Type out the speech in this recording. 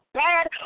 bad